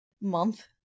month